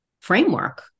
framework